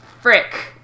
frick